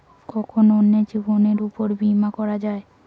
কখন অন্যের জীবনের উপর বীমা করা যায়?